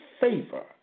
favor